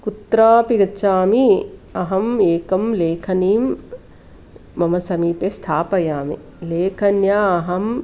कुत्रापि गच्छामि अहम् एकं लेखनीं मम समीपे स्थापयामि लेखन्या अहम्